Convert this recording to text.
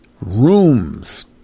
rooms